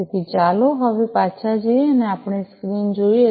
અને તેથી ચાલો હવે પાછા જઈએ અને આપણી સ્ક્રીન જોઈએ